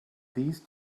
these